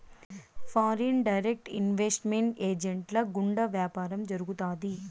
foreign direct investment ఏజెంట్ల గుండా వ్యాపారం జరుగుతాది